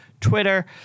Twitter